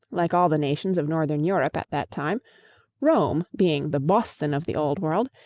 like all the nations of northern europe at that time rome being the boston of the old world,